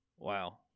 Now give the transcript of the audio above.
Wow